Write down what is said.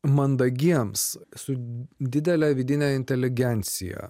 mandagiems su didele vidine inteligencija